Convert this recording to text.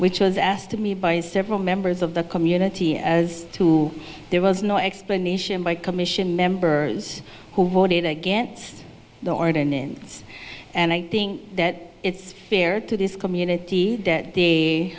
which was asked to me by several members of the community as to there was no explanation by commission members who voted against the ordinance and i think that it's fair to this community that they